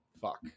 Fuck